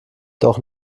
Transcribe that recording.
doch